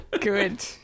Good